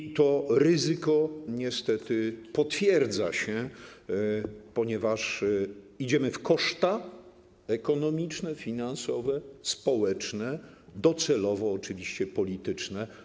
I to ryzyko niestety się potwierdza, ponieważ idziemy w koszta ekonomiczne, finansowe, społeczne, docelowo oczywiście polityczne.